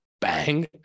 bang